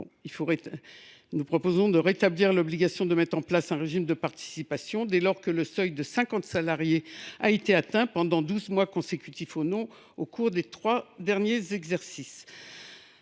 nous proposons de rétablir l’obligation de mettre en place un régime de participation dès lors que le seuil de 50 salariés a été atteint pendant douze mois, consécutifs ou non, au cours des trois derniers exercices.